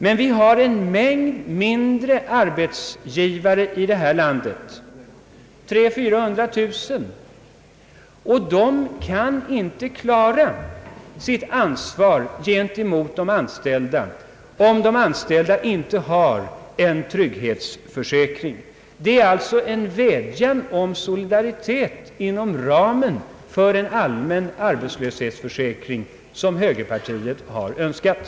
Men vi har en mängd mindre arbetsgivare i detta land, 300 000, 400 000, och de kan inte klara sitt ansvar gentemot de anställda om dessa inte har en trygghetsförsäkring. Det är alltså en vädjan om solidaritet inom ramen för en allmän arbetslöshetsförsäkring som högerpartiet framställer.